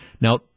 Now